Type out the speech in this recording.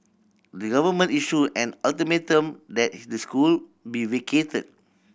the government issued an ultimatum that the school be vacated